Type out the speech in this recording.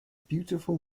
beautiful